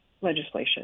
legislation